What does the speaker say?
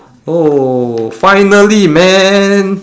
oh finally man